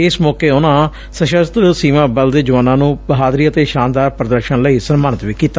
ਇਸ ਮੌਕੇ ਉਨੂਾ ਸਸਤੱਰ ਸੀਮਾ ਬਲ ਦੇ ਜੁਆਨਾਂ ਨੂੰ ਬਹਾਦਰੀ ਅਤੇ ਸ਼ਾਨਦਾਰ ਪ੍ਦਰਸ਼ਨ ਲਈ ਸਨਮਾਨਿਤ ਵੀ ਕੀਤਾ